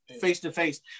face-to-face